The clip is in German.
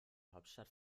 hauptstadt